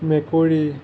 মেকুৰী